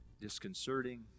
disconcerting